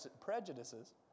prejudices